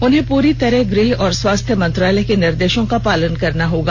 उन्हें पूरी तरह गृह और स्वास्थ्य मंत्रालय के निर्देशों का पालन करना होगा